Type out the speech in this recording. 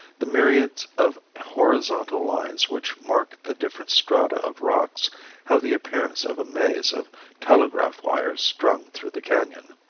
the myriads of horizontal lines which mark the different strata of rocks have the appearance of a maze of telegraph wires strung through the canon.